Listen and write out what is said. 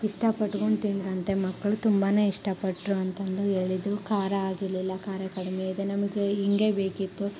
ಇಷ್ಟ ಪಟ್ಕೊಂಡು ತಿಂದರಂತೆ ಮಕ್ಕಳು ತುಂಬನೆ ಇಷ್ಟಪಟ್ಟರು ಅಂತಂದು ಹೇಳಿದ್ರು ಖಾರ ಆಗಿರಲಿಲ್ಲ ಖಾರ ಕಡಿಮೆ ಇದೆ ನಮಗೆ ಹಿಂಗೆ ಬೇಕಿತ್ತು